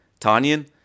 Tanyan